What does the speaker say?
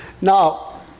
Now